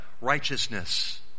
Righteousness